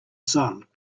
silent